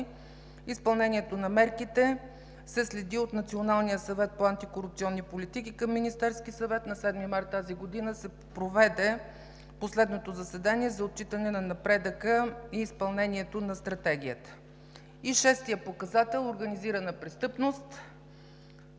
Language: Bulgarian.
Изпълнението на мерките се следи от Националния съвет по антикорупционни политики към Министерския съвет. На 7 март тази година се проведе последното заседание за отчитане на напредъка и изпълнението на Стратегията. По шести показател: „Организирана престъпност“